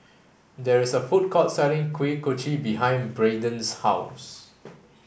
there is a food court selling Kuih Kochi behind Braiden's house